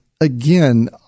again